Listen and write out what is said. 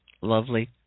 lovely